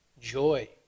joy